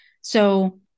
So-